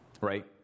right